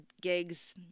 gigs